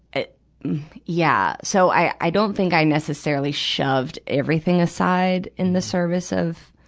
ah yeah. so i don't think i necessarily shoved everything aside in the service of